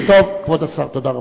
תודה רבה.